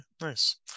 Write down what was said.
nice